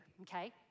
okay